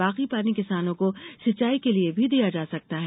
बाकी पानी किसानों को सिंचाई के लिये भी दिया जा सकता है